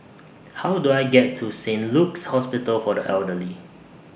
How Do I get to Saint Luke's Hospital For The Elderly